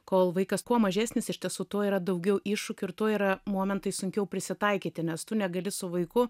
kol vaikas kuo mažesnis iš tiesų tuo yra daugiau iššūkių ir tuo yra momentai sunkiau prisitaikyti nes tu negali su vaiku